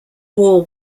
war